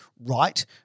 right